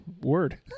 word